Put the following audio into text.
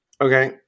Okay